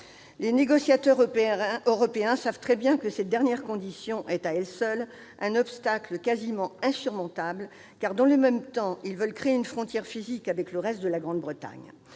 Les négociateurs européens savent très bien que cette dernière condition est, à elle seule, un obstacle quasi insurmontable, car, dans le même temps, ils veulent créer une frontière physique avec le reste de la Grande-Bretagne.